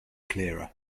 clearer